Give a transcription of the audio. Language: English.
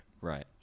right